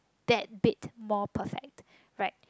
that bit more perfect right